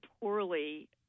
poorly